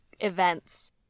events